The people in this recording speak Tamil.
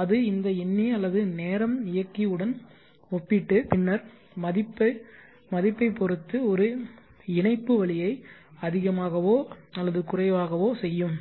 அது இந்த எண்ணி அல்லது நேரம் இயக்கி உடன் ஒப்பிட்டு பின்னர் மதிப்பைப் பொறுத்து ஒரு இணைப்புவழியை அதிகமாகவோ அல்லது குறைவாகவோ செய்யும்